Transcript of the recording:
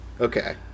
Okay